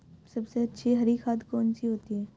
सबसे अच्छी हरी खाद कौन सी होती है?